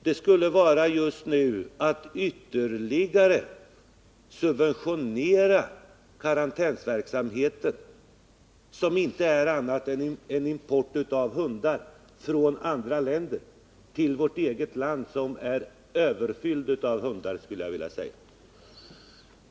Det skulle just nu vara att ytterligare subventionera karantänsverksamheten, som inte är annat än en import av hundar från andra länder till vårt eget land, som är överfyllt av hundar.